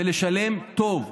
ולשלם טוב,